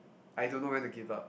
I don't know when to give up